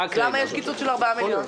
אז למה יש קיצוץ של 4 מיליון?